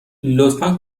لطفا